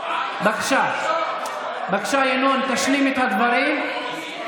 בבקשה, בבקשה, ינון, תשלים את הדברים.